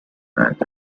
that